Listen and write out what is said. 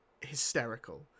hysterical